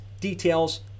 details